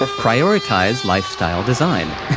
ah prioritize lifestyle design.